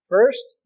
First